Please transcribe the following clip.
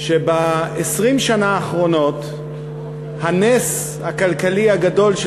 לכך שב-20 שנה האחרונות הנס הכלכלי הגדול של